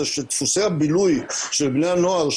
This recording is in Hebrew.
זה שדפוסי הבילוי של בני הנוער,